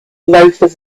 loafers